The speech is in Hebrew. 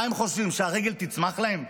מה הם חושבים, שהרגל תצמח להם?